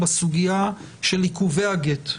בסוגייה של עיכובי הגט,